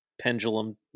pendulum